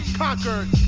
conquered